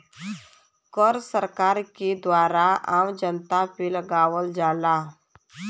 कर सरकार के द्वारा आम जनता पे लगावल जाला